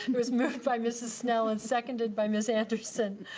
and was moved by mrs. snell and seconded by ms. anderson.